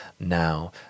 now